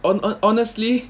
hon~ honestly